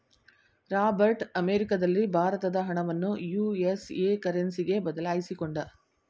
Robert ಅಮೆರಿಕದಲ್ಲಿ ಭಾರತದ ಹಣವನ್ನು ಯು.ಎಸ್.ಎ ಕರೆನ್ಸಿಗೆ ಬದಲಾಯಿಸಿಕೊಂಡ